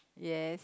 yes